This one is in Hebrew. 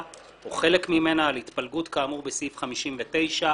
או חלק ממנה על התפלגות כאמור בסעיף 59,